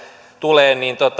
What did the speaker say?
tulee